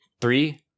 Three